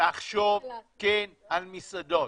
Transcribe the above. לחשוב כן על מסעדות.